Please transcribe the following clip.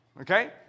okay